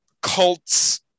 cults